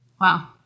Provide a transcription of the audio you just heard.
Wow